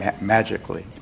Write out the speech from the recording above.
magically